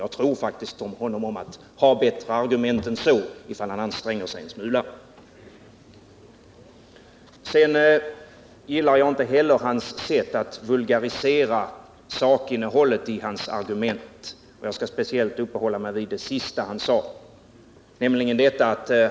Jag tror honom om att ha bättre argument än så om han anstränger sig en smula. Sedan gillar jag inte heller hans sätt att vulgarisera sakinnehållet i sina argument, och jag skall speciellt uppehålla mig vid det sista han sade.